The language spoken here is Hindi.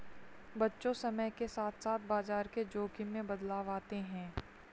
बच्चों समय के साथ साथ बाजार के जोख़िम में बदलाव आते हैं